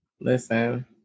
Listen